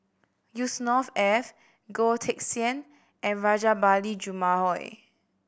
Yusnor Ef Goh Teck Sian and Rajabali Jumabhoy